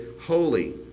holy